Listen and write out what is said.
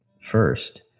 first